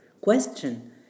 question